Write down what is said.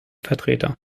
vertreter